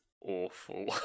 awful